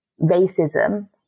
racism